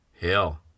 Hell